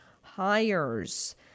hires